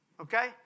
Okay